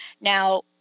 Now